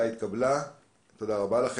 תודה רבה.